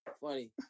Funny